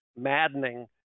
Maddening